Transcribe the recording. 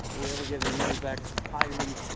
will he ever get any money back? highly,